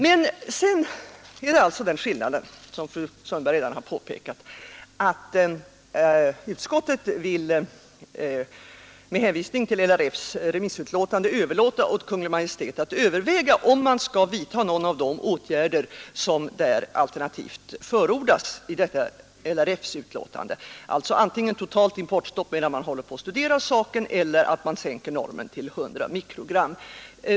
Men sedan finns den skillnaden, som fru Sundberg redan har påpekat, att utskottsmajoriteten med hänvisning till LRF:s remissutlåtande vill överlåta åt Kungl. Maj:t att överväga om man skall vidtaga någon av de åtgärder som alternativt förordas i LRF:s utlåtande: antingen totalt importstopp medan saken studeras eller en sänkning av normen till 100 mikrogram.